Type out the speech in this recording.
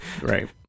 Right